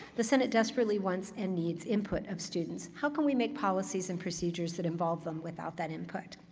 the senate desperately wants and needs input of students. how can we make policies and procedures that involve them without that input?